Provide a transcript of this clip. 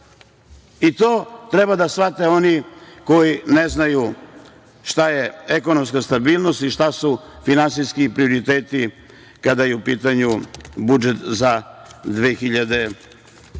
To treba da shvate oni koji ne znaju šta je ekonomska stabilnost i šta su finansijski prioriteti kada je u pitanju budžet za 2021.